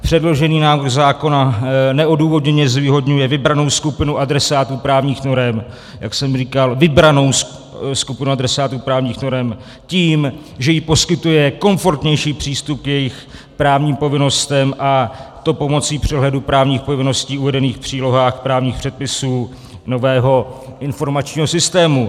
Předložený návrh zákona neodůvodněně zvýhodňuje vybranou skupinu adresátů právních norem jak jsem říkal vybranou skupinu adresátů právních norem tím, že jí poskytuje komfortnější přístup k jejím právním povinnostem, a to pomocí přehledu právních povinností uvedených v přílohách právních předpisů nového informačního systému.